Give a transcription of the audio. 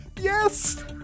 Yes